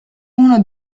uno